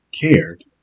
cared